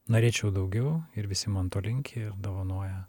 norėčiau daugiau ir visi man to linki ir dovanoja